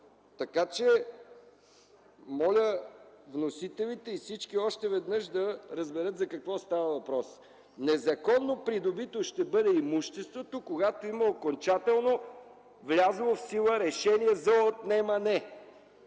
съд? Моля вносителите и всички още веднъж да разберат за какво става въпрос. Незаконно придобито ще бъде имуществото, когато има окончателно влязло в сила решение за отнемане.